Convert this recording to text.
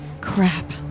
Crap